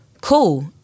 Cool